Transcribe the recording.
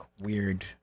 weird